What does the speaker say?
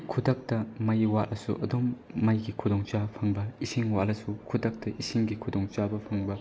ꯈꯨꯗꯛꯇ ꯃꯩ ꯋꯥꯠꯂꯁꯨ ꯑꯗꯨꯝ ꯃꯩꯒꯤ ꯈꯨꯗꯣꯡ ꯆꯥꯕ ꯐꯪꯕ ꯏꯁꯤꯡ ꯋꯥꯠꯂꯁꯨ ꯈꯨꯗꯛꯇ ꯏꯁꯤꯡꯒꯤ ꯈꯨꯗꯣꯡ ꯆꯥꯕ ꯐꯪꯕ